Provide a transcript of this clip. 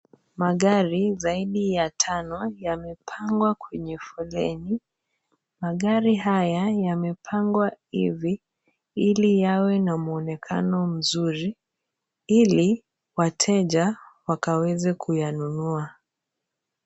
Magari zaidi ya tano yamepangwa kwenye foleni. Magari haya yamepangwa hivi ili yawe na muonekano mzuri, ili wateja wakaweze kuyanunua.